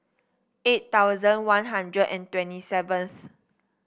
eight thousand One Hundred and twenty seventh